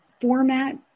format